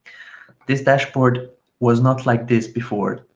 this dashboard was not like this before.